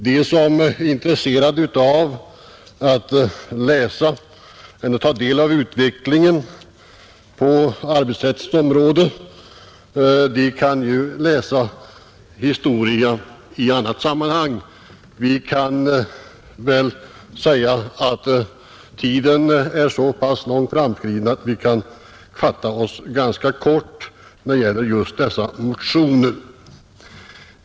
De som är intresserade av att följa utvecklingen på arbetsrättens område kan ju läsa historia i annat sammanhang. Vi kan väl säga att tiden är så pass långt framskriden att vi bör fatta oss ganska kort när det gäller just dessa motioner.